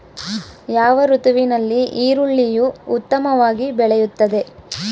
ಯಾವ ಋತುವಿನಲ್ಲಿ ಈರುಳ್ಳಿಯು ಉತ್ತಮವಾಗಿ ಬೆಳೆಯುತ್ತದೆ?